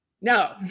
no